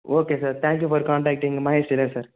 okay sir thank you for contacting Mahesh tailor sir